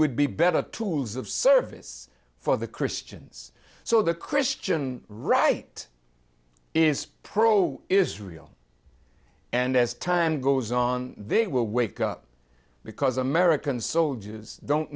would be better tools of service for the christians so the christian right is pro israel and as time goes on they will wake up because american soldiers don't